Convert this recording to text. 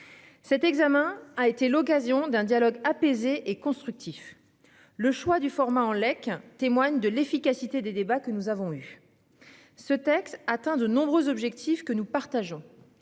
Cet examen a été l'occasion d'un dialogue apaisé et constructif le choix du format en Lake témoigne de l'efficacité des débats que nous avons eu. Ce texte atteint de nombreux objectifs que nous partageons.